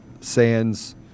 Sands